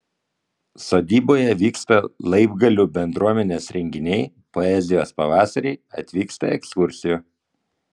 sodyboje vyksta laibgalių bendruomenės renginiai poezijos pavasariai atvyksta ekskursijų